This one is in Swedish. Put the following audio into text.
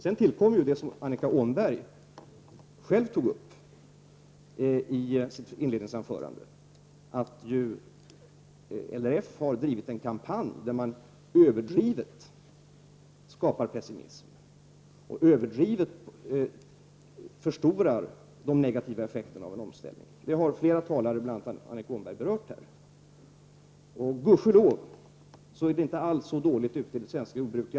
Sedan tillkommer det som Annika Åhnberg själv tog upp i sitt inledningsanförande, nämligen att LRF har fört en överdriven kampanj där man skapar pessimism och förstorar de negativa effekterna av en omställning. Det har flera talare berört här, bl.a. Annika Åhnberg. Gud ske lov är det inte alls så dåligt i det svenska jordbruket.